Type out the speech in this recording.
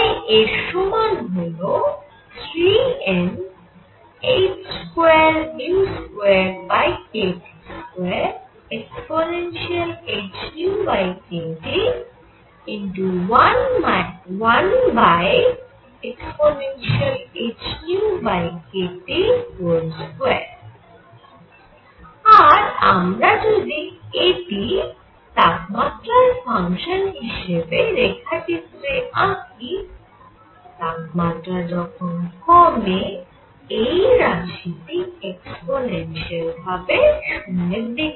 তাই এর সমান হল 3Nh22kT2ehνkT 1ehνkT 12 আর আমরা যদি এটি তাপমাত্রার ফাংশান হিসেবে রেখাচিত্রে আঁকি তাপমাত্রা যখন কমে এই রাশিটি এক্সপোনেনশিয়াল ভাবে → 0